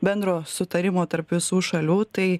bendro sutarimo tarp visų šalių tai